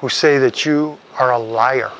who say that you are a liar